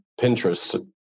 Pinterest